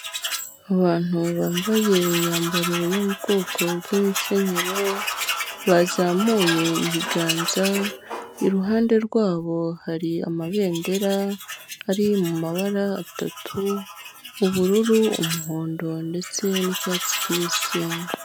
Abantu bambaye imyambaro yo mu bwoko bw'imikenyero bazamuye ibiganza iruhande rwabo hari amabendera ari mu mabara atatu ubururu, umuhondo ndetse n'icyatsi kibisi.